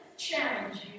challenge